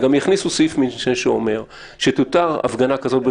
וגם יכניסו סעיף משנה שאומר שתותר הפגנה כזאת,